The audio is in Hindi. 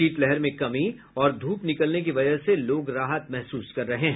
शीतलहर में कमी और धूप निकलने की वजह से लोग राहत महसूस कर रहे हैं